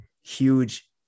huge